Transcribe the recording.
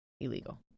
illegal